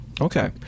Okay